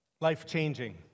Life-changing